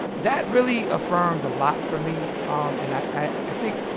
that really affirmed a lot for me um and i i think,